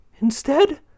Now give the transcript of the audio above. Instead